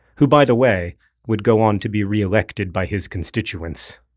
who by the way would go on to be re-elected by his constituents.